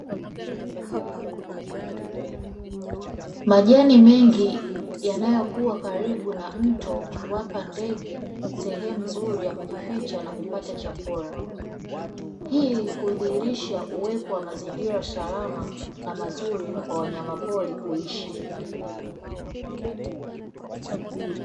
Majani mengi yanayokua karibu na mto, huwapa ndege sehemu nzuri ya kujificha na kupata chakula. Hii hudhihirisha uwepo wa mazingira salama na mazuri kwa wanyamapori kuishi.